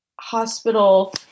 hospital